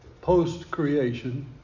post-creation